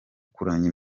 kuramya